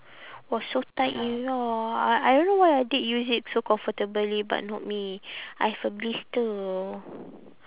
was so tight ya I I don't know why adik use it so comfortably but not me I have a blister